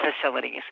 facilities